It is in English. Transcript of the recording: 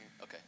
okay